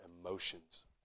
emotions